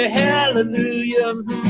hallelujah